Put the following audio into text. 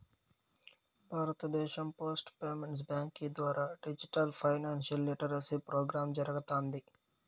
భారతదేశం post payments బ్యాంకీ ద్వారా డిజిటల్ ఫైనాన్షియల్ లిటరసీ ప్రోగ్రామ్ జరగతాంది